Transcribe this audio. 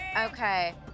Okay